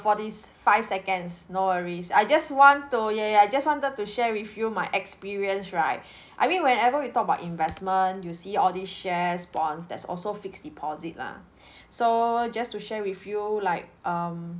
forty s~ five seconds no worries I just want to ya ya I just wanted to share with you my experience right I mean whenever we talk about investment you see all these shares bonds there's also fixed deposit lah so just to share with you like um